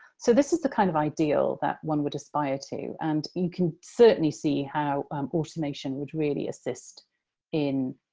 so, this is the kind of ideal that one would aspire to, and you can certainly see how um automation would really assist in